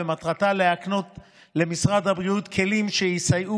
ומטרתה להקנות למשרד הבריאות כלים שיסייעו